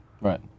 Right